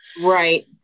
Right